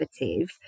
innovative